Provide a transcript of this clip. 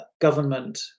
government